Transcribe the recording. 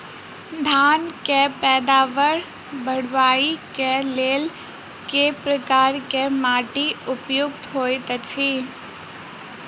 धान केँ पैदावार बढ़बई केँ लेल केँ प्रकार केँ माटि उपयुक्त होइत अछि?